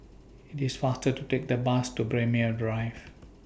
IT IS faster to Take The Bus to Braemar Drive